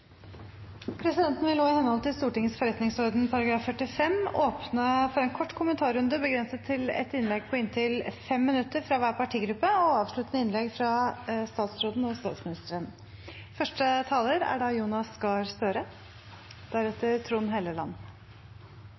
Presidenten vil nå, i henhold til Stortingets forretningsorden § 45, åpne for en kort kommentarrunde, begrenset til ett innlegg på inntil 5 minutter fra hver partigruppe og avsluttende innlegg fra statsministeren og statsråden. Jeg vil takke statsministeren